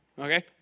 okay